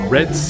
Red